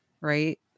right